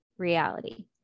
Reality